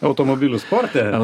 automobilių sporte